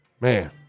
Man